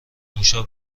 موشا